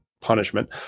punishment